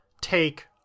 take